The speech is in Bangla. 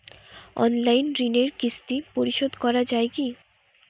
অনলাইন ঋণের কিস্তি পরিশোধ করা যায় কি?